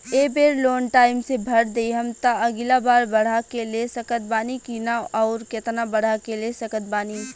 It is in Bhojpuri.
ए बेर लोन टाइम से भर देहम त अगिला बार बढ़ा के ले सकत बानी की न आउर केतना बढ़ा के ले सकत बानी?